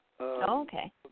Okay